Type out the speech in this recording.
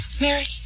Mary